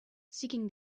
seeking